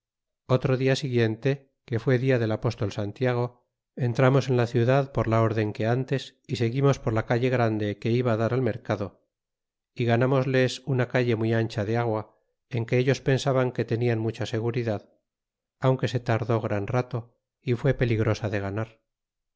batallando con los mexicanos darnos en las espaldas y en nuestros reales y orden que dotes y seguimos por la calle grande que iba dar al mercado y ganamosles una calle muy ancha de agua en que ellos pensaban que midan mucha seguridad aunque se tardó gran rato y fue peligtoaa de ganar